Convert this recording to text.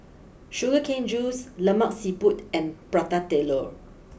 Sugar Cane juice Lemak Siput and Prata Telur